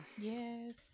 Yes